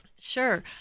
Sure